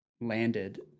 landed